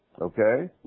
okay